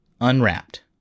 unwrapped